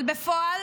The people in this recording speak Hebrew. אבל בפועל